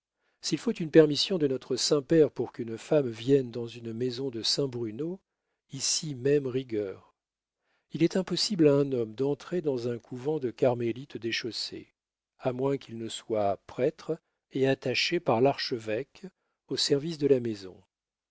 s'il faut une permission de notre saint-père pour qu'une femme vienne dans une maison de saint bruno ici même rigueur il est impossible à un homme d'entrer dans un couvent de carmélites déchaussées à moins qu'il ne soit prêtre et attaché par l'archevêque au service de la maison